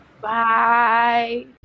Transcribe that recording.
Bye